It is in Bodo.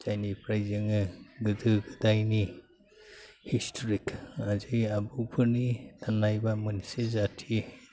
जायनिफ्राय जोङो गोदो गोदायनि हिस्टरिक आरि आगुफोरनि गाननाय एबा मोनसे जाथि